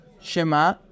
Shema